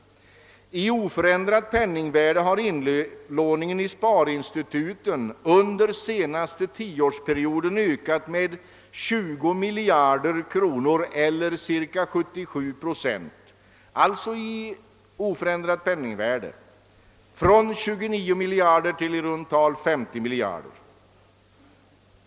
I oförändrat penningvärde har inlåningen i sparinstituten under den senaste tioårsperioden ökat med 20 miljarder kronor eller cirka 77 procent, nämligen från 29 till i runt tal 50 miljarder kronor.